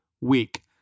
week